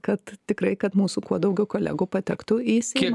kad tikrai kad mūsų kuo daugiau kolegų patektų į seimą